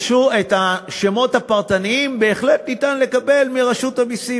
את השמות הפרטניים בהחלט ניתן לקבל מרשות המסים,